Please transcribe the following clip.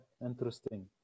Interesting